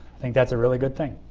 think that's a really good thing.